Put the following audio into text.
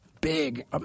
big